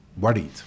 worried